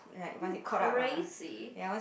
you crazy